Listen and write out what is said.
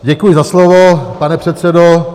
Děkuji za slovo, pane předsedo.